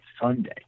Sunday